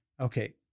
okay